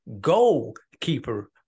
goalkeeper